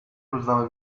روزنامه